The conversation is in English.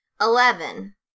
Eleven